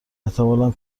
احتمالا